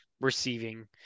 receiving